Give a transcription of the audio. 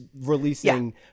releasing